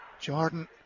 Jordan